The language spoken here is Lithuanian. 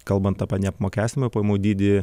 kalbant apie neapmokestinamą pajamų dydį